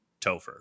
Topher